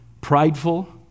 prideful